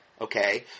Okay